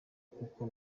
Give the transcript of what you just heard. kuko